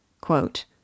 Quote